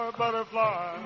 butterfly